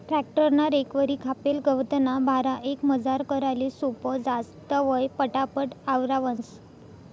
tractor ना recovery कापेल गवतना भारा एकमजार कराले सोपं जास, तवंय पटापट आवरावंस